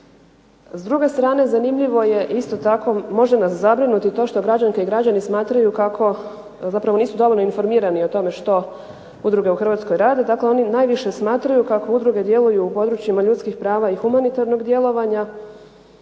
S druge strane zanimljivo je isto tako može nas zabrinuti to što građanke i građani smatraju zapravo nisu dovoljno informirani o tome što udruge u Hrvatskoj rade. Dakle, oni najviše smatraju kako udruge djeluju u području ljudskih prava i humanitarnog djelovanja,